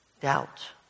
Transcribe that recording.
doubt